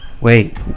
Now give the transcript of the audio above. Wait